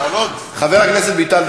חבר הכנסת ביטן,